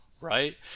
right